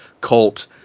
cult